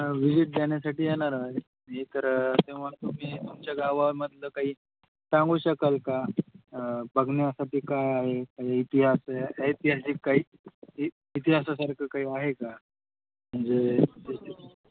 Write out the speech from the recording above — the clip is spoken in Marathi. व्हिजिट देण्यासाठी येणार आहे मी तर असं मला तुम्ही तुमच्या गावामधलं काही सांगू शकाल का बघण्यासाठी काय आहे का इतिहास ऐतिहासिक काही इ इतिहासासारखं काही आहे का म्हणजे